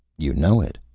you know it.